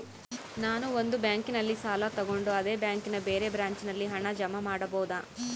ನಾನು ಒಂದು ಬ್ಯಾಂಕಿನಲ್ಲಿ ಸಾಲ ತಗೊಂಡು ಅದೇ ಬ್ಯಾಂಕಿನ ಬೇರೆ ಬ್ರಾಂಚಿನಲ್ಲಿ ಹಣ ಜಮಾ ಮಾಡಬೋದ?